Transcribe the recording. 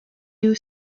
you